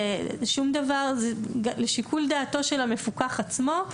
זה לשיקול דעתו של המפוקח עצמו.